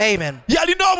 Amen